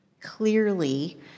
clearly